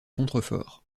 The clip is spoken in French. contreforts